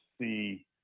see